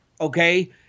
Okay